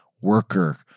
worker